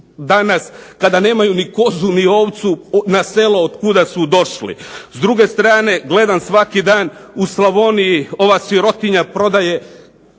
danas kada nemaju ni kozu ni ovcu na selo otkuda su došli. S druge su strane, gledam svaki dan u Slavoniji ova sirotinja prodaje